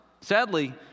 Sadly